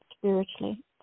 spiritually